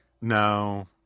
No